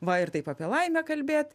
va ir taip apie laimę kalbėt